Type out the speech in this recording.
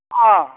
অঁ